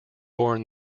born